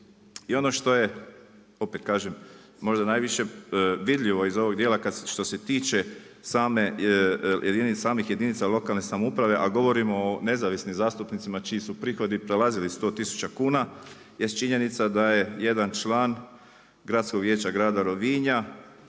I ono što je opet kažem možda najviše vidljivo iz ovog dijela što se tiče samih jedinica lokalne samouprave, a govorimo o nezavisnim zastupnicima čiji su prihodi prelazili 100 tisuća kuna jest činjenica da je jedan član Gradskog vijeća grada Rovinja